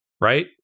right